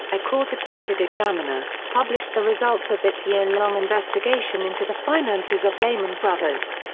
a court-appointed examiner, published the results of its year-long investigation into the finances of lehman brothers.